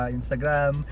Instagram